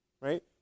Right